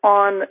on